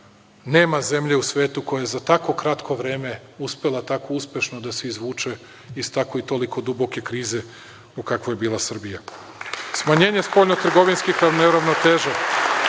nema zemlje u svetu koja je za tako kratko vreme uspela tako uspešno da se izvuče iz tako i toliko duboke krize u kakvoj je bila Srbija. Smanjenje spoljnotrgovinske neravnoteže,